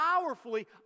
powerfully